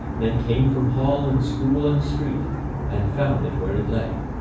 men came from hall and school and street and found it where it lay.